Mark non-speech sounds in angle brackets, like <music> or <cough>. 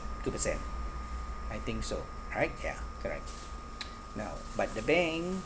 two percent I think so all right ya correct <noise> now but the bank